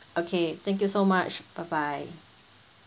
okay thank you so much bye bye